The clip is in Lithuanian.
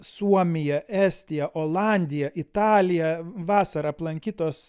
suomija estija olandija italija vasarą aplankytos